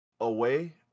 away